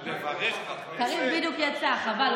קארין בדיוק יצאה, חבל.